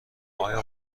آیا